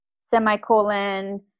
semicolon